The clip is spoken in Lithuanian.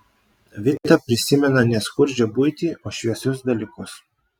vita prisimena ne skurdžią buitį o šviesius dalykus